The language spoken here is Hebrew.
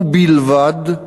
ובלבד,